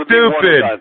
Stupid